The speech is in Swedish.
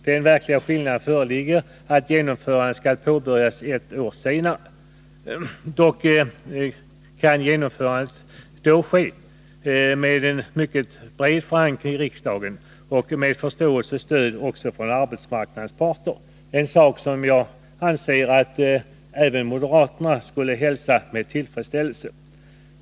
Den verkliga skillnad som föreligger är att genomförandet enligt den träffade överenskommelsen skall påbörjas ett år senare. Dock kan genomförandet nu ske med en mycket bred förankring i riksdagen och med förståelse och stöd också från arbetsmarknadens parter, en sak som jag anser att även moderaterna borde hälsa med tillfredsställelse.